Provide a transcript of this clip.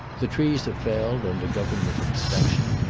the trees are felled under government inspection,